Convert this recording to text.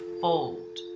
fold